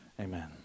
amen